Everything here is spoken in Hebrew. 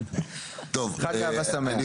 חג אהבה שמח.